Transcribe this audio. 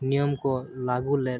ᱱᱤᱭᱚᱢᱠᱚ ᱞᱟᱹᱜᱩᱞᱮᱫ